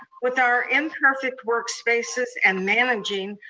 with our imperfect workspaces and managing,